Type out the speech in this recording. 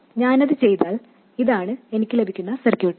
ഞാനത് ചെയ്താൽ ഇതാണ് എനിക്ക് ലഭിക്കുന്ന സർക്യൂട്ട്